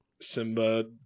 Simba